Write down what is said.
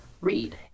read